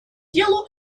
делу